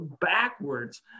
backwards